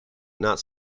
not